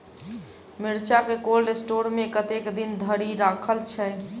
मिर्चा केँ cold store मे कतेक दिन धरि राखल छैय?